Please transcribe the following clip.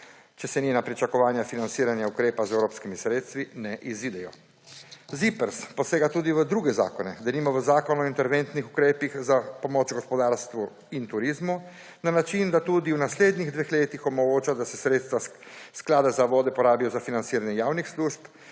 če se njena pričakovanja financiranja ukrepa z evropskimi sredstvi ne izidejo. ZIPRS posega tudi v druge zakone, denimo v zakon o interventnih ukrepih za pomoč gospodarstvu in turizmu na način, da tudi v naslednjih dveh letih omogoča, da se sredstva Sklada za vode porabijo za financiranje javnih služb